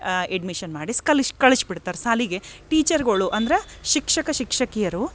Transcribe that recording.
admission ಮಾಡಿಸಿ ಕಲಿಸಿ ಕಲಿಸಿ ಬಿಡ್ತಾರೆ ಶಾಲೆಗೆ ಟೀಚರ್ಗಳು ಅಂದ್ರೆ ಶಿಕ್ಷಕ ಶಿಕ್ಷಕಿಯರು